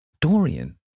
Dorian